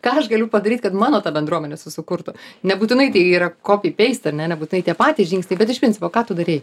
ką aš galiu padaryt kad mano ta bendruomenė susikurtų nebūtinai tai yra kopi peist ar ne nebūtinai tie patys žingsniai bet iš principo ką tu darei